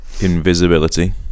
Invisibility